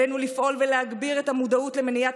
עלינו לפעול ולהגביר את המודעות למניעת